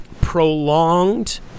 prolonged